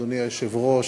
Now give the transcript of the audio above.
אדוני היושב-ראש,